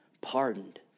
pardoned